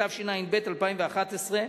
התשע"ב 2011,